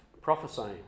prophesying